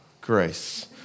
grace